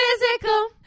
physical